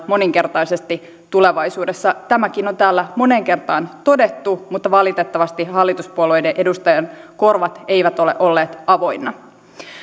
moninkertaisesti tulevaisuudessa tämäkin on täällä moneen kertaan todettu mutta valitettavasti hallituspuolueiden edustajien korvat eivät ole olleet avoinna